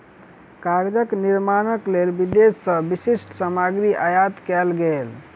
कागजक निर्माणक लेल विदेश से विशिष्ठ सामग्री आयात कएल गेल